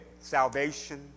salvation